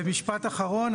ומשפט אחרון,